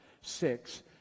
six